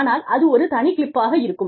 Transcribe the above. ஆனால் அது ஒரு தனி கிளிப்பாக இருக்கும்